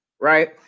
right